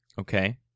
okay